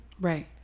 Right